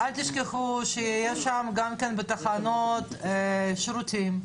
אל תשכחו שיש בתחנות שירותים.